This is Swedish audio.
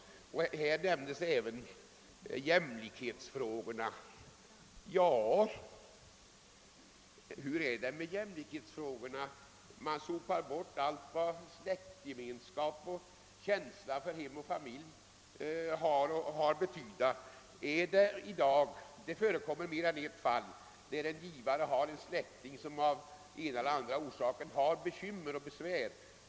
Jämlikhetsfrågorna togs också upp i det här sammanhanget. Hur är det nu med dem? Här tycks man vilja sopa bort allt vad släktgemenskap och känsla för hem och familj har att betyda. Det förekommer i dag mer än ett fall där en givare har en släkting som av ena eller andra orsaken har bekymmer och besvär.